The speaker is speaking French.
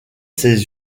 ses